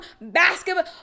basketball